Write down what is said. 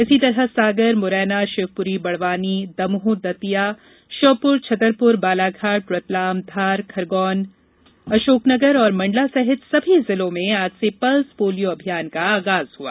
इसी तरह सागर मुरैना शिवपुरी बड़वानी दमोह दतिया श्योपुर छतरपुर बालाघाट रतलाम धार खरगौन अशोकनगर और मंडला सहित सभी जिलों में आज से पल्स पोलियो अभियान का आगाज हुआ